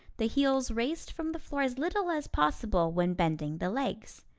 the heels raised from the floor as little as possible when bending the legs.